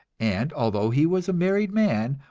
and although he was a married man,